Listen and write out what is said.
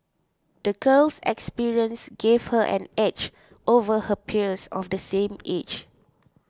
the girl's experiences gave her an edge over her peers of the same age